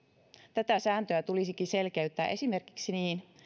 tätä sääntöä tulisikin selkeyttää esimerkiksi niin